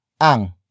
ang